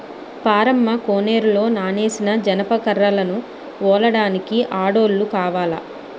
పారమ్మ కోనేరులో నానేసిన జనప కర్రలను ఒలడానికి ఆడోల్లు కావాల